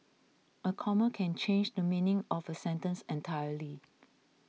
a comma can change the meaning of a sentence entirely